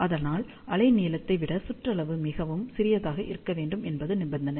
அதனால் அலைநீளத்தை விட சுற்றளவு மிகவும் சிறியதாக இருக்க வேண்டும் என்பது நிபந்தனை